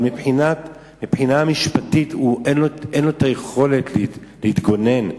מבחינה משפטית אין לו היכולת להתגונן,